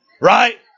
right